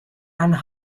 and